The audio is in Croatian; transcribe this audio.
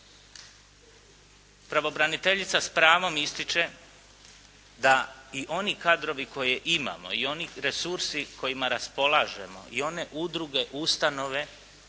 Pravobraniteljica s pravom ističe da i oni kadrovi koje imamo i oni resursi kojima raspolažemo i one udruge, ustanove